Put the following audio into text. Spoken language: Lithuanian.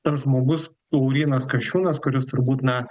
tas žmogus laurynas kasčiūnas kuris turbūt na